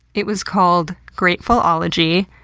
it was called grateful-ology.